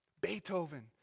Beethoven